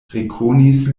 rekonis